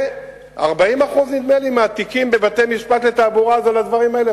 נדמה לי ש-40% מהתיקים בבתי-משפט לתעבורה זה על הדברים האלה,